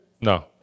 no